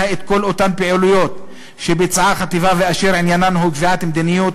את כל אותן פעילויות שביצעה החטיבה ואשר עניינן הוא קביעת מדיניות,